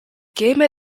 game